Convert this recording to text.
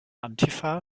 antifa